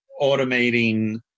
automating